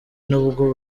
nubwo